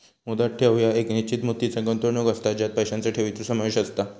मुदत ठेव ह्या एक निश्चित मुदतीचा गुंतवणूक असता ज्यात पैशांचा ठेवीचो समावेश असता